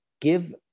give